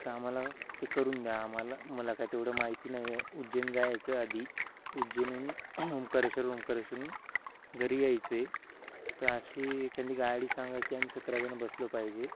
तर आम्हाला ते करून द्या आम्हाला मला काय तेवढं माहिती नाहीये उज्जैन जायचं आदी उज्जैनहून ओमकारेश्वर ओमकरश्वरून घरी यायचें तं अशी एखांदी गाडी सांगा की आम्ही सतरा जणं बसलो पाहिजे